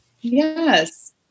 Yes